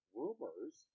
rumors